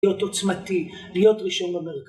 להיות עוצמתי, להיות ראשון ב...